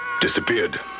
disappeared